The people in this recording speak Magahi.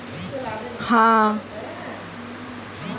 खरिफेर फसल वर्षा मोसमेर शुरुआत अप्रैल से मईर बिचोत बोया जाछे